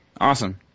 Awesome